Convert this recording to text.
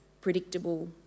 predictable